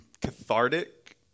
cathartic